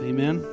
Amen